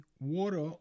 water